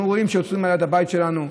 אנחנו רואים שעוצרים ליד הבית שלנו,